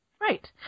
Right